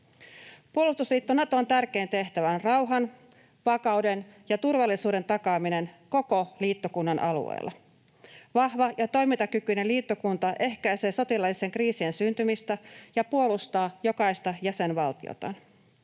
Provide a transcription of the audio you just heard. Puolustusliitto Naton tärkein tehtävä on rauhan, vakauden ja turvallisuuden takaaminen koko liittokunnan alueella. Vahva ja toimintakykyinen liittokunta ehkäisee sotilaallisten kriisien syntymistä ja puolustaa jokaista jäsenvaltiotaan.